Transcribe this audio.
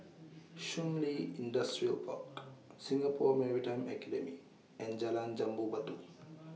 Shun Li Industrial Park Singapore Maritime Academy and Jalan Jambu Batu